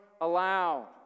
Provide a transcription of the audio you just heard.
aloud